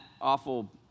awful